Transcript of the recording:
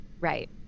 Right